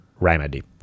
remedy